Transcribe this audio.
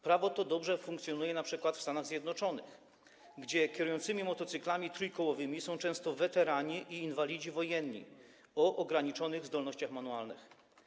Prawo to dobrze funkcjonuje na przykład w Stanach Zjednoczonych, gdzie kierującymi motocyklami trójkołowymi są często weterani i inwalidzi wojenni o ograniczonych zdolnościach manualnych.